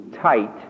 tight